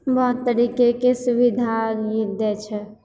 बहुत तरीकेके सुविधा दै छै